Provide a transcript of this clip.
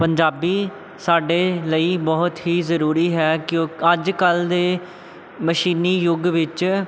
ਪੰਜਾਬੀ ਸਾਡੇ ਲਈ ਬਹੁਤ ਹੀ ਜ਼ਰੂਰੀ ਹੈ ਕਿ ਉਹ ਅੱਜ ਕੱਲ ਦੇ ਮਸ਼ੀਨੀ ਯੁੱਗ ਵਿੱਚ